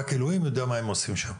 רק אלוהים יודע מה הם עושים שם.